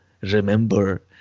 Remember